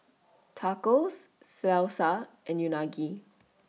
Tacos Salsa and Unagi